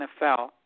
NFL